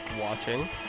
watching